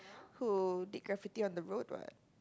who did graffiti on the road what